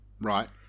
Right